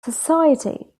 society